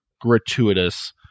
gratuitous